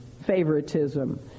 favoritism